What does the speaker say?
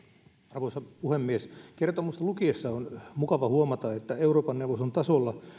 arvoisa puhemies kertomusta lukiessa on mukava huomata että euroopan neuvoston tasolla